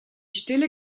stille